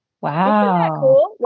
Wow